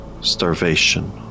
Starvation